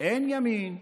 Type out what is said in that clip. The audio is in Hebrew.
אין ימין,